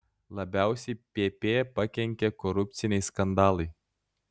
labiausiai pp pakenkė korupciniai skandalai